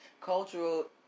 cultural